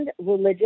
religious